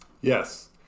Yes